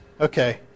okay